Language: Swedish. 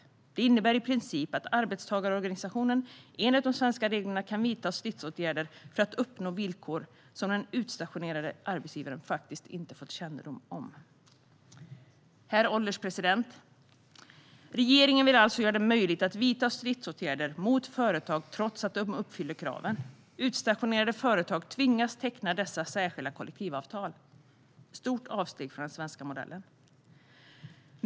Detta innebär i princip att en arbetstagarorganisation enligt de svenska reglerna kan vidta stridsåtgärder för att uppnå villkor som den utstationerande arbetsgivaren faktiskt inte fått kännedom om. Herr ålderspresident! Regeringen vill alltså göra det möjligt att vidta stridsåtgärder mot företag trots att de uppfyller kraven. Utstationerande företag tvingas teckna dessa särskilda kollektivavtal. Det är ett stort avsteg från den svenska modellen.